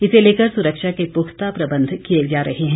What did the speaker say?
इसे लेकर सुरक्षा के पुख्ता प्रबंध किए जा रहे है